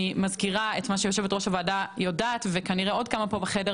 אני מזכירה את מה שיושבת ראש הוועדה יודעת וכנראה עוד כמה פה בחדר,